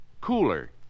Cooler